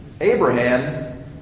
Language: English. Abraham